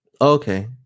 Okay